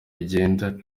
igenda